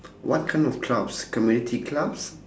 what kind of clubs community clubs